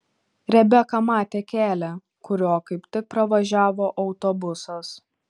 rebeka matė kelią kuriuo kaip tik pravažiavo autobusas